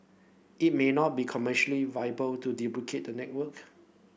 it may not be commercially viable to duplicate the network